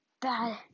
bad